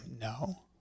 No